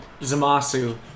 Zamasu